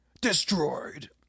destroyed